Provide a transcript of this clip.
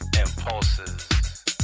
impulses